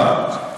מה?